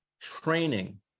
training